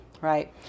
Right